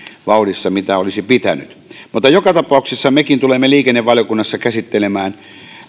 vauhdissa kuin olisi pitänyt mutta joka tapauksessa mekin tulemme liikennevaliokunnassa käsittelemään